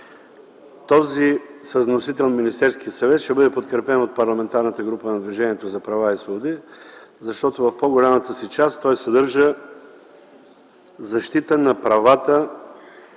Този, внесен от Министерския съвет, ще бъде подкрепен от Парламентарната група на Движението за права и свободи, защото в по-голямата си част съдържа защита на правата